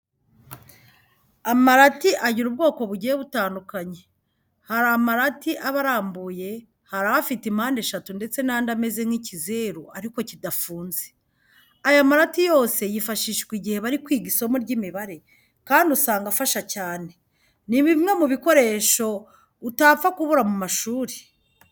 Amarati agira ubwoko bugiye butandukanye. Hari amarati aba arambuye, hari afite impande eshatu ndetse n'andi ameze nk'ikizeru ariko kidafunze. Aya marati yose yifashishwa igihe bari kwiga isomo ry'imibare kandi usanga afasha cyane. Ni bimwe mu bikoresho utapfa kubura mu mashuri.